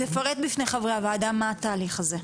תפרט בפני חברי הוועדה מה התהליך הזה.